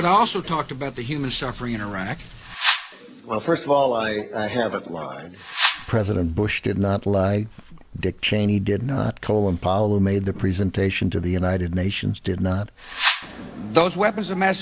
but also talked about the human suffering interact well first of all i haven't lied president bush did not lie dick cheney did not colin powell and made the presentation to the united nations did not those weapons of mass